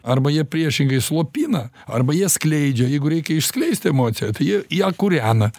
arba jie priešingai slopina arba jie skleidžia jeigu reikia išskleist emociją tai jie ją kūrena